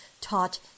taught